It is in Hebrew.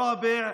הסעיף הרביעי,